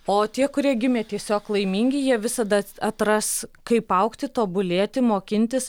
o tie kurie gimė tiesiog laimingi jie visada atras kaip augti tobulėti mokintis